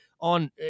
on